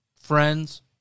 friends